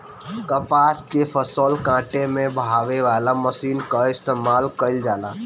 कपास के फसल काटे में बहावे वाला मशीन कअ इस्तेमाल कइल जाला